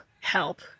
help